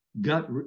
gut